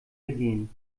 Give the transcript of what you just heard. ergehen